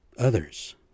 others